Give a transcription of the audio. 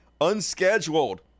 unscheduled